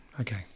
Okay